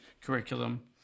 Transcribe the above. curriculum